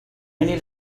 need